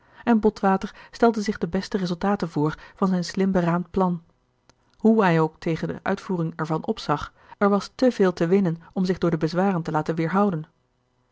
en botwater stelde zich de beste resultaten voor van zijn slim beraamd plan hoe hij ook tegen de uitvoering ervan opzag er was te veel te winnen om zich door de bezwaren te laten weerhouden